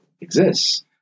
exists